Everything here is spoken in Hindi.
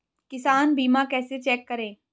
किसान बीमा कैसे चेक करें?